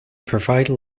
provide